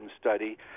study